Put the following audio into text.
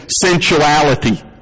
sensuality